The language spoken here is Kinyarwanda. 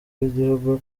w’igihugu